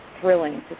thrilling